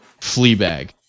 Fleabag